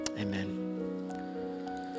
Amen